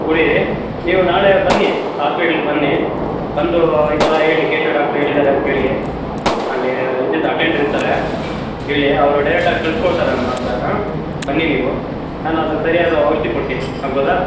ಕುಡೀರಿ ನೀವು ನಾಳೆ ಬನ್ನಿ ಹಾಸ್ಪಿಟ್ಲ್ಗೆ ಬನ್ನಿ ಬಂದು ಈ ಥರ ಹೇಳಿ ಕೇಶವ್ ಡಾಕ್ಟ್ರು ಹೇಳಿದಾರೆ ಅಂತೇಳಿ ಅಲ್ಲಿ ಇದಿದ್ದು ಅಟೆಂಡ್ರ್ ಇರ್ತಾರೆ ಹೇಳಿ ಅವರು ಡೈರೆಕ್ಟ್ ಆಗಿ ಕಳ್ಸಿ ಕೊಡ್ತಾರೆ ನನ್ನ ಹತ್ತಿರ ಹಾಂ ಬನ್ನಿ ನೀವು ನಾನು ಅದು ಸರಿಯಾದ ಔಷಧಿ ಕೊಡ್ತೀನಿ ಆಗ್ಬೌದ